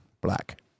Black